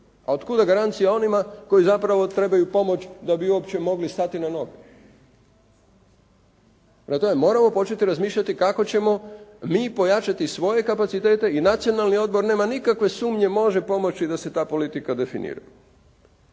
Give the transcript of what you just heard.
a od kuda garancija onima koji zapravo trebaju pomoć da bi uopće mogli stati na noge. Prema tome, moramo početi razmišljati kako ćemo mi pojačati svoje kapacitete i Nacionalni odbor nema nikakve sumnje može pomoći da se ta politika definira.